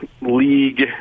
league